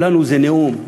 לנו זה נאום,